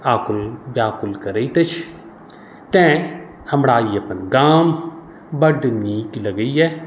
आकुल व्याकुल करैत अछि तेँ हमरा ई अपन गाम बड्ड नीक लगैए